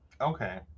Okay